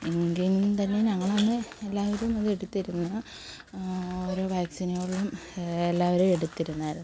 എങ്കിലും തന്നെ ഞങ്ങളന്ന് എല്ലാവരും അത് എടുത്തിരുന്നു ഓരോ വാക്സിനുകളും എല്ലാവരും എടുത്തിരുന്നു